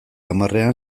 hamarrean